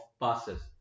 passes